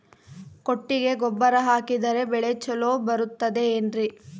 ಕೊಟ್ಟಿಗೆ ಗೊಬ್ಬರ ಹಾಕಿದರೆ ಬೆಳೆ ಚೊಲೊ ಬರುತ್ತದೆ ಏನ್ರಿ?